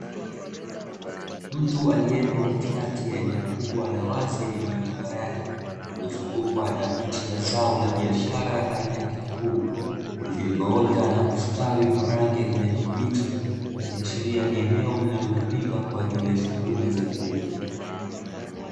Mtu aliyeko katikati ya eneo kubwa la wazi lililo tambarare, lililozungukwa na miche ya zao la biashara aina ya kitunguu, vilivyoota na kustawi kwa rangi ya kijani kibichi, ikiashiria ni eneo linalotumika kwa ajili ya shughuli za kilimo.